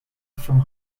from